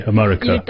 America